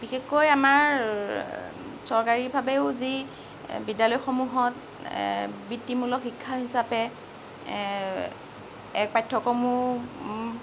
বিশেষকৈ আমাৰ চৰকাৰী ভাৱেও যি বিদ্যালয়সমূহত বৃত্তিমূলক শিক্ষা হিচাপে এ পাঠ্যক্ৰমো